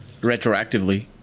Retroactively